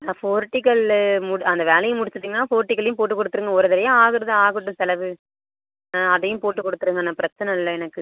ஆ ஃபோர்ட்டிகல்லு அந்த வேலையை முடிச்சுட்டிங்கனா ஃபோர்டிகல்லேயும் போட்டு கொடுத்துருங்க ஒருதடயா ஆகுறது ஆகட்டும் செலவு ஆ அதையும் போட்டு கொடுத்துருங்கண்ண பிரச்சனை இல்லை எனக்கு